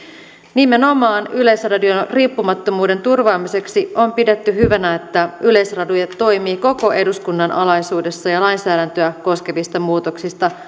nimenomaan yleisradion riippumattomuuden turvaamiseksi on pidetty hyvänä että yleisradio toimii koko eduskunnan alaisuudessa ja lainsäädäntöä koskevista muutoksista